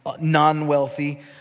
non-wealthy